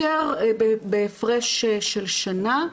יותר בהפרש של שנה.